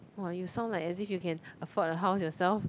!wah! you sound like as if you can afford a house yourself